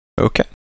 Okay